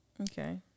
Okay